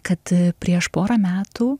kad prieš porą metų